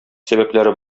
сәбәпләре